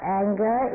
anger